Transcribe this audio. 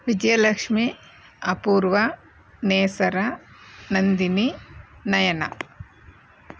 Vijayalakshmi Apoorva Nesara Nandini Nayana